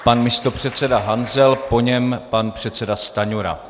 Pan místopředseda Hanzel, po něm pan předseda Stanjura.